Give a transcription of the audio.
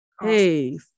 Hey